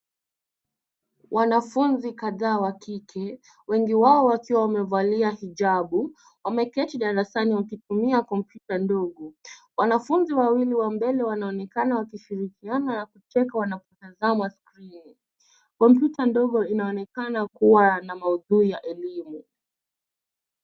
Wanafunzi kadhaa wa kike ,wengi wao wakiwa wamevalia hijabu. Wameketi darasani wakitumia komputa ndogo. Wanafunzi wawili wa mbele wanaonekana wakishirikiana na kucheka wanapotazama skrini. Kompyuta ndogo inaonekana kuwa na maudhui ya elimu .